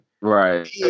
Right